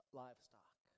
livestock